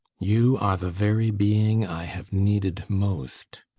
you are the very being i have needed most.